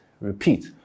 repeat